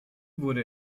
wurde